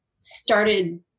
started